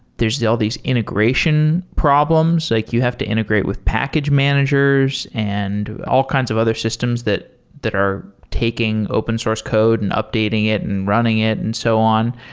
there're all these integration problems. like you have to integrate with package managers and all kinds of other systems that that are taking open source code and updating it and running it and so on.